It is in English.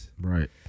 Right